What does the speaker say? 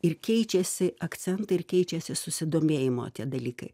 ir keičiasi akcentai ir keičiasi susidomėjimo tie dalykai